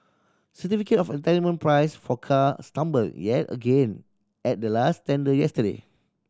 certificate of entitlement price for cars tumbled yet again at the latest tender yesterday